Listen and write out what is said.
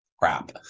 crap